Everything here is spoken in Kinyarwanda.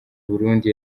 burundi